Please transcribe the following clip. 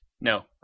No